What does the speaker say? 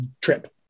trip